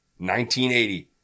1980